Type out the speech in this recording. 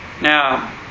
Now